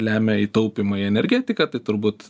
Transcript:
lemia į taupymą į energetiką tai turbūt